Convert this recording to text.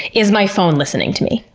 is my phone listening to me?